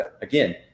again